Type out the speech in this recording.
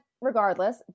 regardless